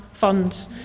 funds